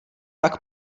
pak